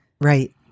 Right